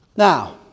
now